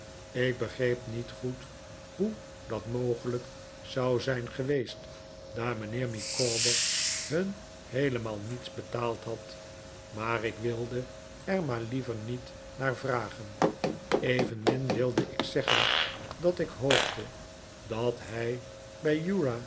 ik begreep niet goed hoe dat mogelijk zou zijn geweest daar mijnheer micawber hun heelemaal niets betaald had maar ik wilde er maar liever niet naar vragen evenmin wilde ik zeggen dat ik hoopte dat hij bij